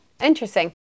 Interesting